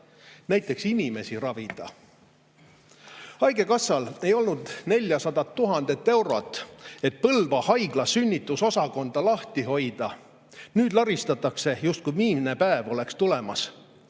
näiteks inimesi ravida? Haigekassal ei olnud 400 000 eurot, et Põlva Haigla sünnitusosakonda lahti hoida. Nüüd laristatakse, justkui viimne päev oleks tulemas,